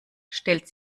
stellt